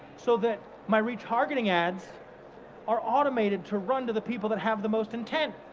so that my retargeting ads are automated to run to the people that have the most intent.